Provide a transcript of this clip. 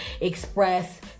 express